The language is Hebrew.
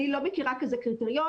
אני לא מכירה כזה קריטריון.